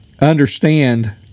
understand